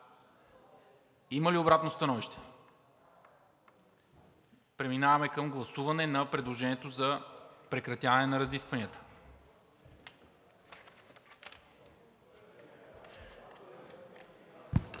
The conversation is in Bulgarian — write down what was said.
Има ли обратно становище? Няма. Преминаваме към гласуване на предложението за прекратяване на разискванията.